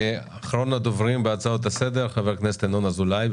אחרון הדוברים בהצעות לסדר חבר הכנסת ינון אזולאי,